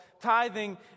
tithing